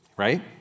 Right